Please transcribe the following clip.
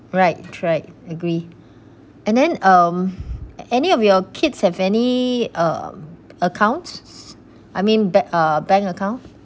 right track agree and then um any of your kids have any uh accounts I mean ba~ uh bank account